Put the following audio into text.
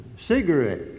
cigarettes